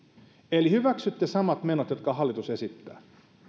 eli hyväksytte samat menot jotka hallitus esittää